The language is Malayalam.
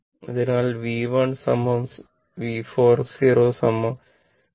അതിനാൽ V 1 0 V 4 0 0